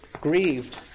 grieved